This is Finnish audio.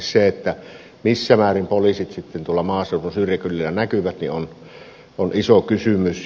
se missä määrin poliisit sitten tuolla maaseudun syrjäkylillä näkyvät on iso kysymys